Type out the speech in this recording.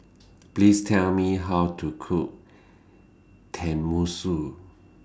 Please Tell Me How to Cook Tenmusu